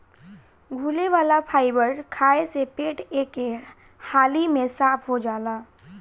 घुले वाला फाइबर खाए से पेट एके हाली में साफ़ हो जाला